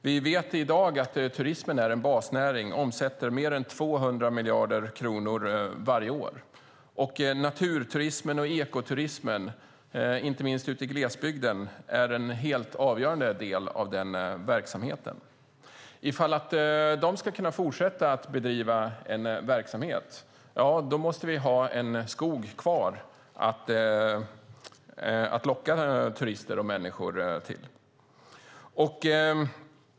Vi vet i dag att turismen är en basnäring och omsätter mer än 200 miljarder kronor varje år, och naturturismen och ekoturismen, inte minst ute i glesbygden, är en helt avgörande del av den verksamheten. För att de ska kunna fortsätta att bedriva en verksamhet måste vi ha en skog kvar att locka turister och andra människor till.